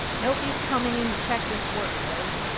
nobody is coming in to check this work. right.